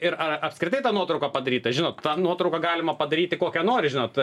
ir ar apskritai ta nuotrauka padaryta žinot tą nuotrauką galima padaryti kokią nori žinot